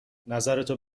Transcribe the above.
نظرتو